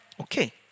Okay